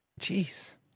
jeez